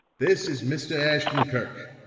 this is mr. ashton-kirk.